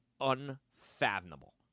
unfathomable